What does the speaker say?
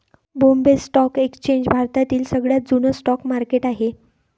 Bombay stock exchange भारतातील सगळ्यात जुन स्टॉक मार्केट आहे